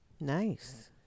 Nice